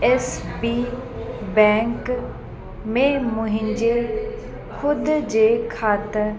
S B bank में मुंहिंजे ख़ुदि जे खात